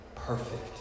Perfect